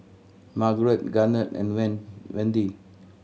Margrett Garnet and Won Wende